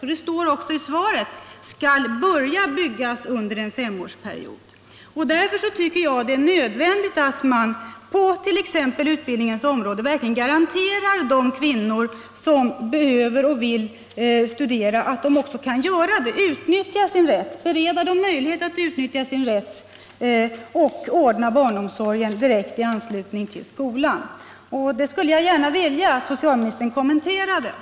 I svaret står också att de ”skall börja byggas under femårsperioden”. Därför är det nödvändigt att man på t.ex. utbildningens område verkligen garanterar de kvinnor som behöver och vill studera möjhighet att utnyttja sin rätt och ordnar barnomsorgen direkt i anslutning till skolan. Jag skulle vilja att socialministern kommenterade detta.